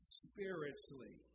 spiritually